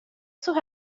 sus